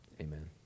Amen